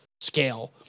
scale